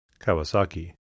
Kawasaki